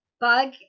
Bug